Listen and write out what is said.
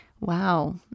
Wow